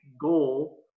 goal